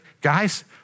guys